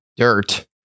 Dirt